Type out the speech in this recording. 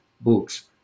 books